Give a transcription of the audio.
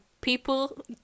people